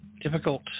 difficult